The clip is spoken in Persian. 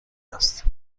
است